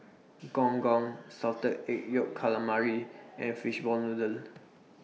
Gong Gong Salted Egg Yolk Calamari and Fishball Noodle